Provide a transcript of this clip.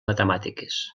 matemàtiques